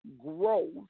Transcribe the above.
growth